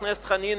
חבר הכנסת חנין,